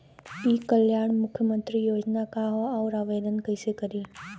ई कल्याण मुख्यमंत्री योजना का है और आवेदन कईसे करी?